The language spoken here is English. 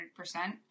100%